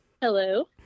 Hello